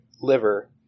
liver